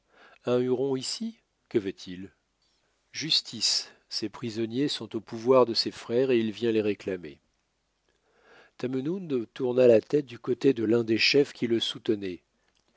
un huron ici que veut-il justice ses prisonniers sont au pouvoir de ses frères et il vient les réclamer tamenund tourna la tête du côté de l'un des chefs qui le soutenaient